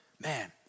man